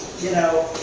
you know,